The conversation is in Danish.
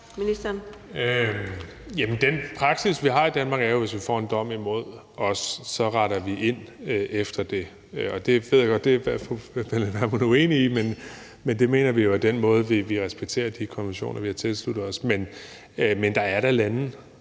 Den praksis, vi har i Danmark, er jo, at hvis vi får en dom imod os, så retter vi ind efter det. Det ved jeg godt at fru Pernille Vermund er uenig i, men det mener vi jo er den måde, vi respekterer de konventioner, vi har tilsluttet os, på. Der er da lande,